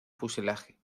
fuselaje